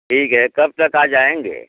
ठीक है कब तक आ जाएंगे